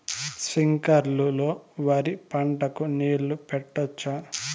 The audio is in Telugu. స్ప్రింక్లర్లు లో వరి పంటకు నీళ్ళని పెట్టొచ్చా?